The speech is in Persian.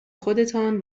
خودتان